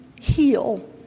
heal